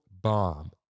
bomb